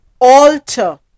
alter